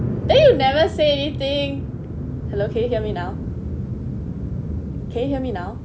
eh you never say anything hello can you hear me now can you hear me now